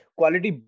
Quality